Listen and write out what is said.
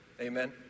Amen